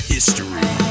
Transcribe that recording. History